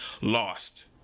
lost